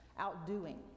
outdoing